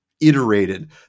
iterated